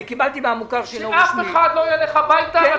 קיבלתי פניות מן המוכר שאינו רשמי --- שאף אחד לא ילך הביתה עד